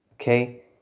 okay